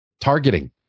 targeting